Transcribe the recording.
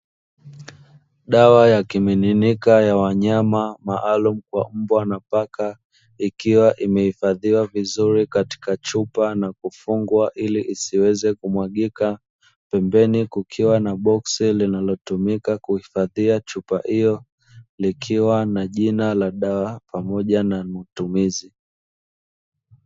Dawa ya kimiminika ya wanyama maalum kwa mbwa na paka ikiwa imehifadhiwa vizuri katika chupa na kufungwa ili isiweze kumwagika. Pembeni kukiwa na boksi linalotumika kuhifadhia chupa hiyo likiwa na jina la dawa pamoja na matumizi.